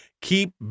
Keep